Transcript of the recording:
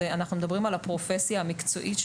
אנחנו מדברים על הפרופסיה המקצועית,